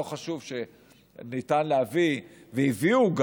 לא חשוב שניתן להביא, וגם הביאו,